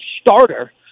starter